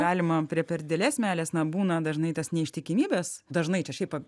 galima prie per didelės meilės na būna dažnai tas neištikimybės dažnai čia šiaip